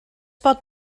pot